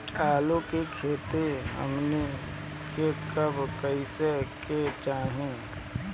आलू की खेती हमनी के कब करें के चाही?